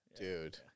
dude